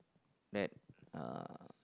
that uh